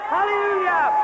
Hallelujah